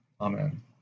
Amen